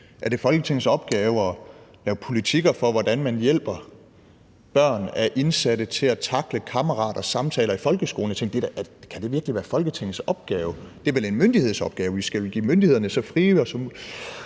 Er det Folketingets opgave at lave politikker for, hvordan man hjælper børn af indsatte til at tackle samtaler med kammerater i folkeskolen? Jeg tænkte: Kan det virkelig være Folketingets opgave? Det er vel en myndighedsopgave, vi skal vel give myndighederne så frie rammer som muligt